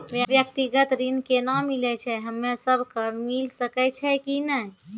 व्यक्तिगत ऋण केना मिलै छै, हम्मे सब कऽ मिल सकै छै कि नै?